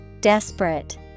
Desperate